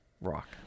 rock